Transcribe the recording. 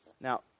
Now